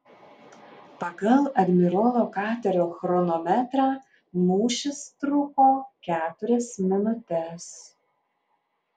pagal admirolo katerio chronometrą mūšis truko keturias minutes